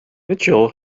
mitchell